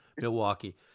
Milwaukee